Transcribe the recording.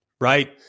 right